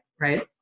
right